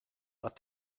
but